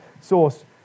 source